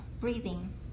breathing